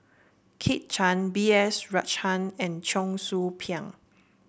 Kit Chan B S Rajhan and Cheong Soo Pieng